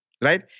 right